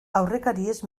aurrekariez